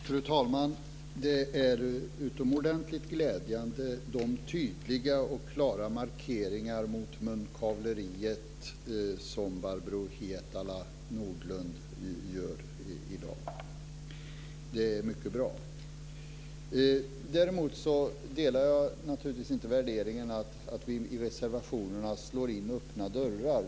Fru talman! Det är utomordentligt glädjande med de tydliga och klara markeringar mot "munkavleriet" som Barbro Hietala Nordlund gör i dag. Det är mycket bra. Däremot delar jag naturligtvis inte värderingen att vi i reservationerna slår in öppna dörrar.